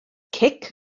cic